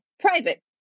private